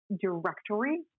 directory